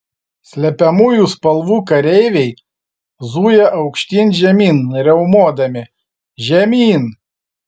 slepiamųjų spalvų kareiviai zuja aukštyn žemyn riaumodami žemyn